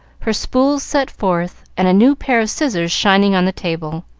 her spools set forth, and a new pair of scissors shining on the table.